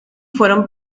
fueron